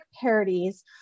parodies